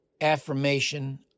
affirmation